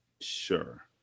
sure